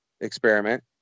experiment